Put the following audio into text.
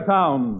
Town